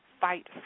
fight